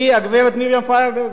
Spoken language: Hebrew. היא הגברת מרים פיירברג,